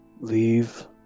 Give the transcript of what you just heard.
leave